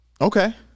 Okay